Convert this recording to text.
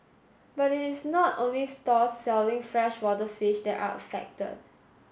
but it is not only stalls selling freshwater fish that are affected